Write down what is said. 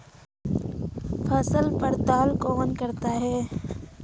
फसल पड़ताल कौन करता है?